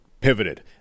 pivoted